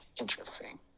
interesting